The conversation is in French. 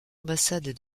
ambassade